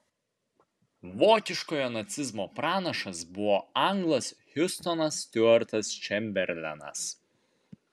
vokiškojo nacizmo pranašas buvo anglas hiustonas stiuartas čemberlenas